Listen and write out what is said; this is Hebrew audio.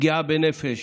הפגיעה בנפש,